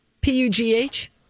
P-U-G-H